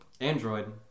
Android